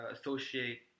associate